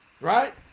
right